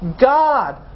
God